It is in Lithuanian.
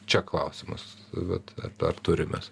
čia klausimas bet ar turim mes